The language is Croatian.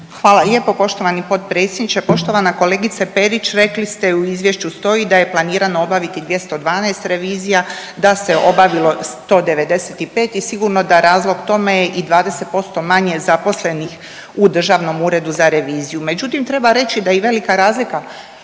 Hvala lijepo poštovani potpredsjedniče. Poštovana kolegice Perić rekli ste i u izvješću stoji da je planirano obaviti 2012. revizija, da se obavilo 195 i sigurno da razlog tome je i 20% manje zaposlenih u Državnom uredu za reviziju. Međutim, treba reći da je i velika razlika